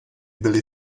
byli